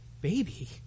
baby